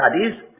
studies